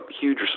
huge